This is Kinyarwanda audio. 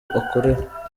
akorera